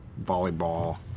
volleyball